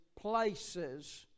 places